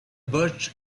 birch